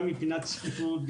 גם מבחינת צפיפות,